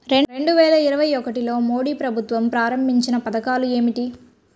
రెండు వేల ఇరవై ఒకటిలో మోడీ ప్రభుత్వం ప్రారంభించిన పథకాలు ఏమిటీ?